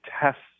tests